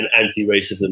anti-racism